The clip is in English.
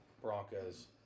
Broncos